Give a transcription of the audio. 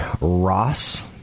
Ross